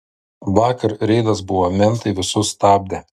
vakar reidas buvo mentai visus stabdė